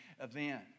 event